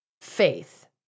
faith